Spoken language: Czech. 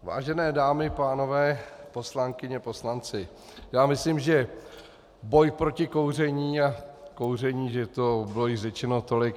Vážené dámy, pánové, poslankyně, poslanci, já myslím, že o boji proti kouření a kouření už bylo řečeno tolik.